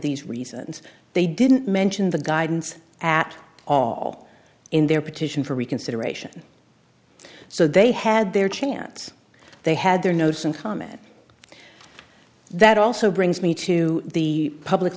these reasons they didn't mention the guidance at all in their petition for reconsideration so they had their chance they had their notes and comments that also brings me to the public